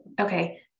okay